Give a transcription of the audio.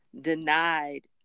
denied